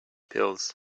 pills